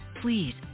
please